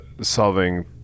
solving